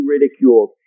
ridiculed